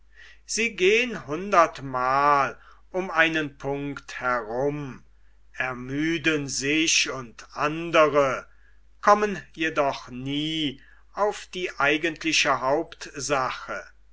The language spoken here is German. sie gehn hundert mal um einen punkt herum ermüden sich und andre kommen jedoch nie auf die eigentliche hauptsache